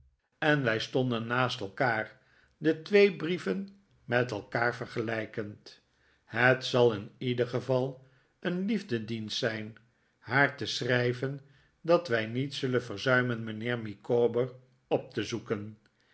wij stonden naast elkaar de twee brieven met elkaar vergelijkend het zal in ieder geval een liefdedienst zijn haar te schrijven dat wij niet zullen verzuimen mijnheer micawber op te zoeken